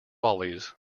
lollies